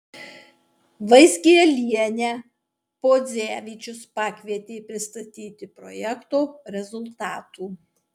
vaizgielienę podzevičius pakvietė pristatyti projekto rezultatų